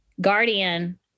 guardian